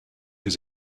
his